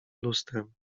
lustrem